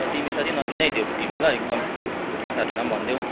ल तिमी साथी नकिन है त्यो तिमी ल एकदम तिम्रो साथीलाई पनि भनिदेऊ